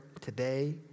today